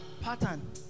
Pattern